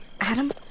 adam